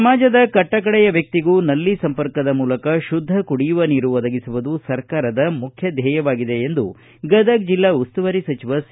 ಸಮಾಜದ ಕಟ್ಟ ಕಡೆಯ ವ್ಯಕ್ತಿಗೂ ನಳ ಸಂಪರ್ಕದ ಮೂಲಕ ಶುದ್ದ ಕುಡಿಯುವ ನೀರು ಒದಗಿಸುವುದು ಸರಕಾರದ ಮುಖ್ಯ ಧ್ಯೇಯವಾಗಿದೆ ಎಂದು ಗದಗ ಜಿಲ್ಲಾ ಉಸ್ತುವಾರಿ ಸಚಿವ ಸಿ